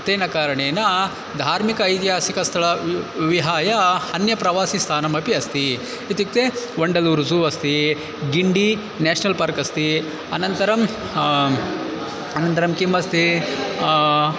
तेन कारणेन धार्मिक ऐतिहासिकस्थलं विहाय अन्यप्रवासिस्थानमपि अस्ति इत्युक्ते वण्डलूरु ज़ू अस्ति गिण्डी नेशनल् पार्क् अस्ति अनन्तरम् अनन्तरं किम् अस्ति